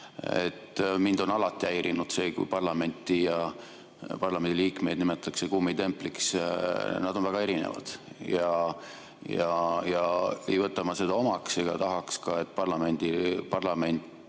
Mind on alati häirinud see, kui parlamenti ja parlamendiliikmeid nimetatakse kummitempliks. Nad on väga erinevad. Ei võta ma seda omaks ega tahaks ka, et parlament